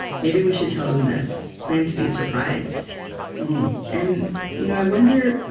maybe we should tell them this plan to be surprised and you know i wonder,